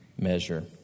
measure